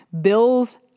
Bill's